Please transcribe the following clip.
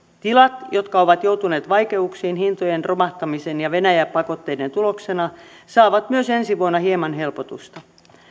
tilat jotka ovat joutuneet vaikeuksiin hintojen romahtamisen ja venäjä pakotteiden tuloksena saavat myös ensi vuonna hieman helpotusta